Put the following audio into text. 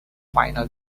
final